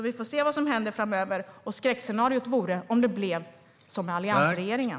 Vi får se vad som händer framöver. Skräckscenariot vore om det blev som med alliansregeringen.